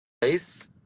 place